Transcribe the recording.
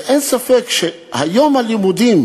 ואין ספק שיום הלימודים